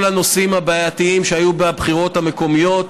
הנושאים הבעייתיים שהיו בבחירות המקומיות,